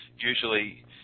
Usually